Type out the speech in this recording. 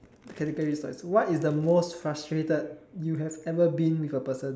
the category is like what is the most frustrated you have every been with a person